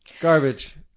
Garbage